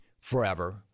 forever